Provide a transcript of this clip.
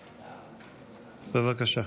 בבקשה.